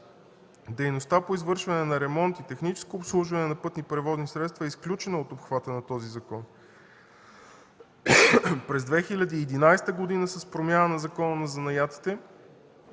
дейността по извършване на ремонт и техническо обслужване на пътни превозни средства е изключена от обхвата на този закон. През 2011 г. с промяна на Закона за занаятите